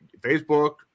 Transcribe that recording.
Facebook